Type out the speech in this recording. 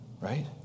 Right